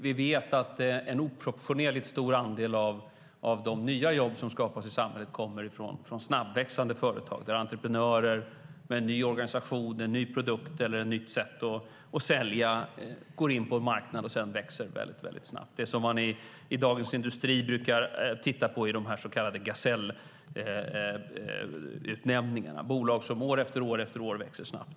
Vi vet att en oproportionerligt stor andel av de nya jobb som skapas i samhället kommer från snabbväxande företag där entreprenörer med en ny organisation, en ny produkt eller ett nytt sätt att sälja går in på en marknad och växer väldigt snabbt. Det som man i Dagens Industri brukar titta på vid de så kallade Gasellutnämningarna är bolag som år efter år växer snabbt.